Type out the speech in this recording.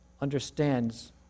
understands